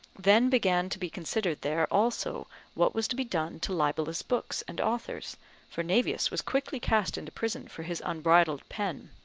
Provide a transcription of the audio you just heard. then began to be considered there also what was to be done to libellous books and authors for naevius was quickly cast into prison for his unbridled pen,